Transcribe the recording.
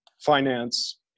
finance